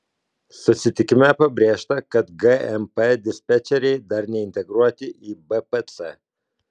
susitikime pabrėžta kad gmp dispečeriai dar neintegruoti į bpc